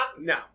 No